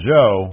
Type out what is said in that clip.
Joe